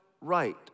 right